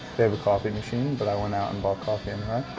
they have a coffee machine, but i went out and bought coffee and